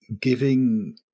giving